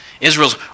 Israel's